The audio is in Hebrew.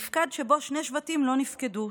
מפקד שבו שני שבטים לא נפקדו,